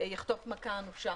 יחטוף מכה אנושה.